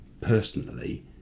personally